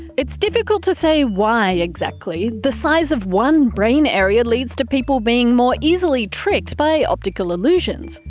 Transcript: it's difficult to say why exactly the size of one brain area leads to people being more easily tricked by optical illusions.